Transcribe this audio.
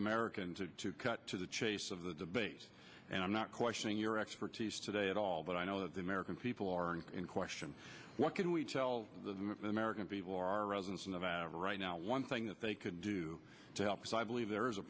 american to cut to the chase of the debate and i'm not questioning your expertise today at all but i know that the american people are in question what can we tell the american people are residents in the right now one thing that they could do to help is i believe there is a